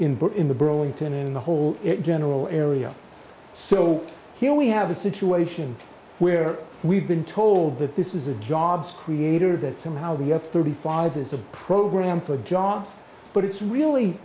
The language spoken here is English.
but in the burlington and in the whole general area so here we have a situation where we've been told that this is a jobs creator that somehow the f thirty five is a program for jobs but it's really